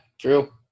true